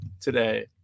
today